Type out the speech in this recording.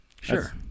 Sure